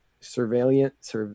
surveillance